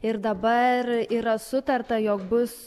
ir dabar yra sutarta jog bus